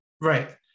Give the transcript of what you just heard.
Right